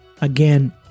Again